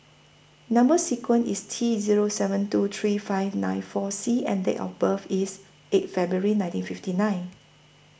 Number sequence IS T Zero seven two three five nine four C and Date of birth IS eight February nineteen fifty nine